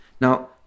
Now